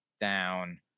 down